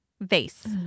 Vase